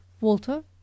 Walter